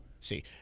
See